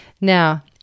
Now